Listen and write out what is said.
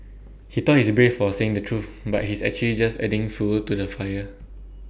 he thought he's brave for saying the truth but he's actually just adding fuel to the fire